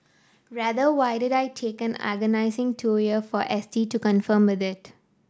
rather why did I take an agonising two year for S T to confirm it